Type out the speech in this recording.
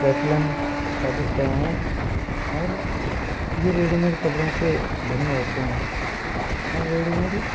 प्रचलन का विषय हैं और ये रेडीमेड कपड़ों से भिन्न होते हैं और रेडीमेड